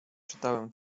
czytałem